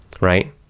right